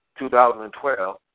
2012